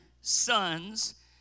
sons